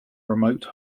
remote